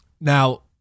Now